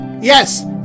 yes